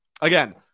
Again